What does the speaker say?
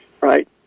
right